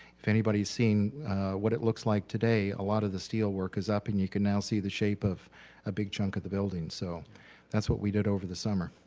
if anybody has seen what it looks like today, a lot of the steel work is up and you can now see the shape of a big chunk of the building so that's what we did over the summer.